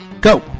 go